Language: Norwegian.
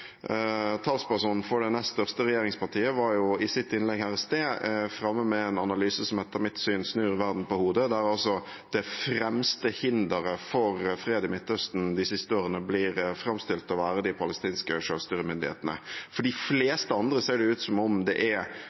talspersonen for det nest største regjeringspartiet var i sitt innlegg her i sted framme med en analyse som etter mitt syn snur verden på hodet, og der det fremste hinderet for fred i Midtøsten de siste årene blir framstilt å være de palestinske selvstyremyndighetene. For de fleste andre ser det ut som om det er